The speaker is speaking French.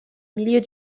milieu